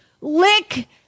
lick